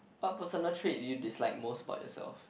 what personal trait do you dislike most about yourself